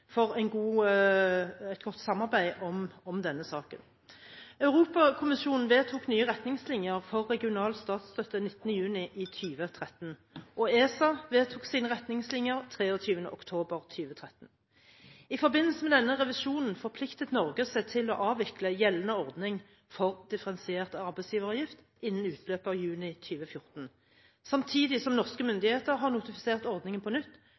et godt samarbeid om denne saken. Europakommisjonen vedtok nye retningslinjer for regional statsstøtte 19. juni 2013, og ESA vedtok sine retningslinjer 23. oktober 2013. I forbindelse med denne revisjonen forpliktet Norge seg til å avvikle gjeldende ordning for differensiert arbeidsgiveravgift innen utløpet av juni 2014, samtidig som norske myndigheter har notifisert ordningen på nytt